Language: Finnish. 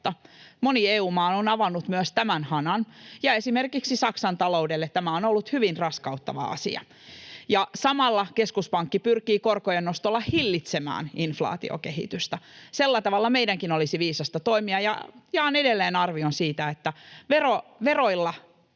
Moni EU-maa on avannut myös tämän hanan, ja esimerkiksi Saksan taloudelle tämä on ollut hyvin raskauttava asia. Samalla keskuspankki pyrkii korkojen nostolla hillitsemään inflaatiokehitystä. Sillä tavalla meidänkin olisi viisasta toimia, ja jaan edelleen sen arvion, että verojen